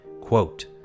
quote